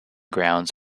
grounds